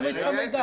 למה היא צריכה מידע?